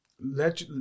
Let